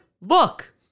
look